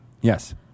Yes